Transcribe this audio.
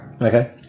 Okay